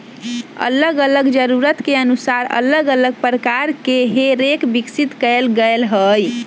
अल्लग अल्लग जरूरत के अनुसार अल्लग अल्लग प्रकार के हे रेक विकसित कएल गेल हइ